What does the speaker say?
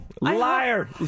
liar